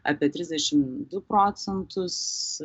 apie trisdešim du procentus